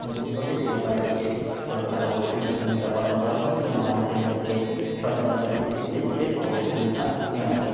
উন্নতি ঘটে সেই ব্যাপারে বিশেষ সরকারের অবশ্যই ভূমিকা পালন করা উচিত এবং মানুষের মধ্যে সচেতনতা বৃদ্ধির ক্ষেত্রে বিশেষ অবশ্যই ভূমিকা নেওয়া উচিত